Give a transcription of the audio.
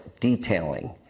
detailing